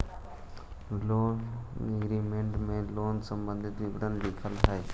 loan agreement में loan से संबंधित विवरण लिखल रहऽ हई